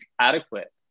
adequate